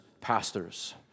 pastors